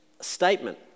statement